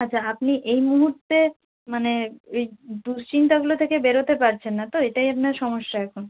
আচ্ছা আপনি এই মুহূর্তে মানে এই দুশ্চিন্তাগুলো থেকে বেরোতে পারছেন না তো এটাই আপনার সমস্যা এখন